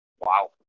Wow